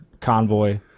convoy